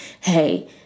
hey